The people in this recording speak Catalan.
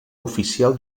oficial